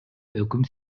өкүм